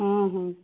ହୁଁ ହୁଁ